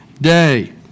day